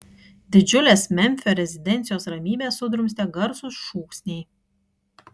didžiulės memfio rezidencijos ramybę sudrumstė garsūs šūksniai